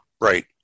right